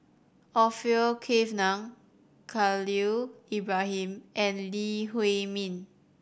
Orfeur Cavenagh Khalil Ibrahim and Lee Huei Min